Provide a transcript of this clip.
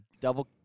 double